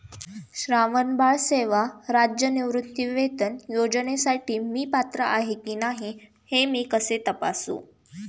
श्रावणबाळ सेवा राज्य निवृत्तीवेतन योजनेसाठी मी पात्र आहे की नाही हे मी कसे तपासू?